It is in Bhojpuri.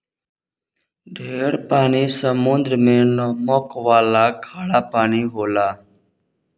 ढेर पानी समुद्र मे नमक वाला खारा पानी होला